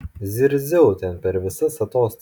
zirziau ten per visas atostogas